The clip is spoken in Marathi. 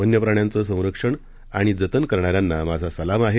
वन्यप्राण्यांचं संरक्षण आणि जतन करणाऱ्यांना माझा सलाम आहे